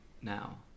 now